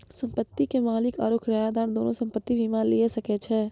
संपत्ति के मालिक आरु किरायादार दुनू संपत्ति बीमा लिये सकै छै